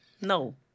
No